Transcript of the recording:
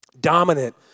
dominant